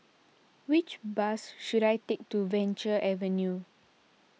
which bus should I take to Venture Avenue